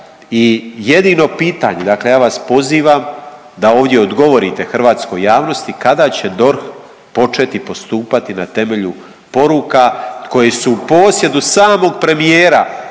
i jedino pitanje dakle ja vas pozivam da ovdje odgovorite hrvatskoj javnosti, kada će DORH početi postupati na temelju poruka koje su u posjedu samog premijera